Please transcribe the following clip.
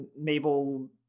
Mabel